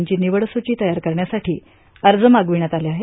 यांची निवडस्रची तयार करण्यासाठी अर्ज मागविण्यात आले आहेत